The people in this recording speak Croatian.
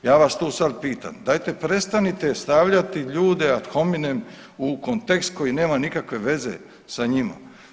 Ja vas tu sad pitam, dajte prestanite stavljati ljude ad hominem u kontekst koji nema nikakve veze sa njima.